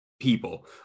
people